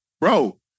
bro